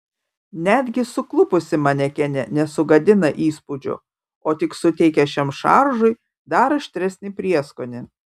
netgi suklupusi manekenė nesugadina įspūdžio o tik suteikia šiam šaržui dar aštresnį prieskonį